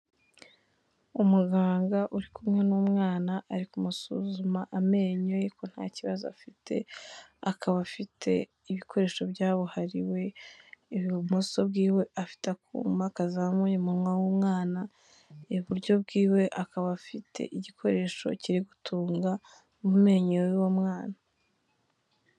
Umuganga uri kumwe n'umwana ari kumusuzuma amenyo ko nta kibazo afite, akaba afite ibikoresho byabuhariwe, ibumoso bwiwe afite akuma kazamuye umunwa w'umwana, iburyo bwiwe akaba afite igikoresho kiri gutunga mu menyo y'uwo mwana.